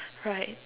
right